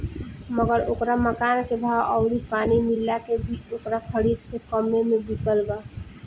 मगर ओकरा मकान के भाव अउरी पानी मिला के भी ओकरा खरीद से कम्मे मे बिकल बा